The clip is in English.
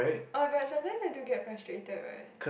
uh but sometimes I do get frustrated what